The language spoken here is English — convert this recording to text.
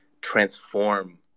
transform